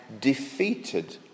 defeated